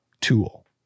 tool